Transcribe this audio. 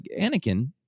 Anakin